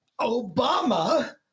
Obama